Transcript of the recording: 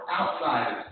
outsiders